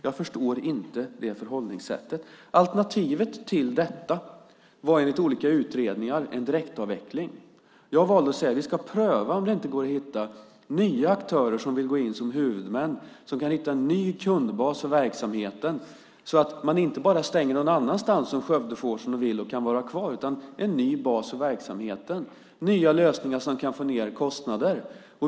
Jag förstår inte det förhållningssättet. Alternativet till detta var enligt olika utredningar en direktavveckling. Jag valde att säga: Vi ska pröva om det inte går att hitta nya aktörer som vill gå in som huvudmän och hitta en ny kundbas för verksamheten. Det handlar om att man inte bara stänger någon annanstans om man i Skövde får som man vill och verksamheten kan vara kvar. Det handlar om en ny bas för verksamheten och nya lösningar som kan få ned kostnader.